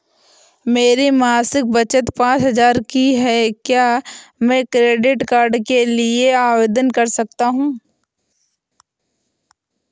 मेरी मासिक बचत पचास हजार की है क्या मैं क्रेडिट कार्ड के लिए आवेदन कर सकता हूँ?